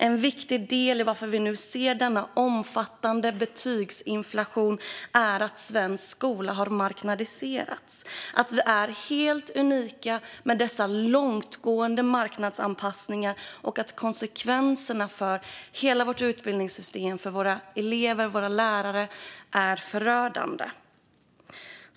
En viktig bakgrund till att vi nu ser denna omfattande betygsinflation är att svensk skola har marknadiserats, att vi är helt unika med dessa långtgående marknadsanpassningar och att konsekvenserna för hela vårt utbildningssystem, för elever och lärare, är förödande.